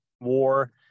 war